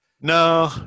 No